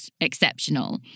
exceptional